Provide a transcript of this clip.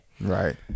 right